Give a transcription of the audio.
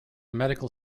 medical